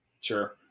Sure